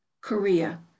Korea